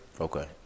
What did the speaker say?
Okay